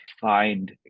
find